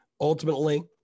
ultimately